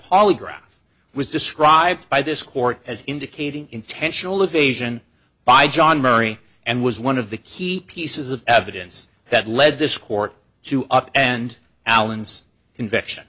polygraph was described by this court as indicating intentional evasion by john murray and was one of the key pieces of evidence that led this court to up and allen's conviction